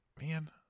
Man